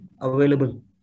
available